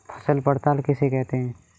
फसल पड़ताल किसे कहते हैं?